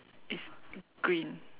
it's green